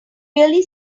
really